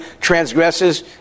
transgresses